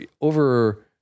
over